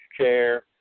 chair